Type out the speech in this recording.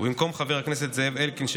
במקום חבר הכנסת זאב אלקין,